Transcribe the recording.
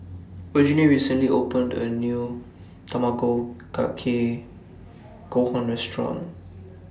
Virginia recently opened A New Tamago Kake Gohan Restaurant